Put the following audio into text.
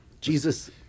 Jesus